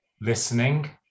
listening